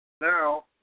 Now